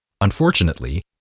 Unfortunately